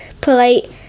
polite